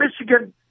Michigan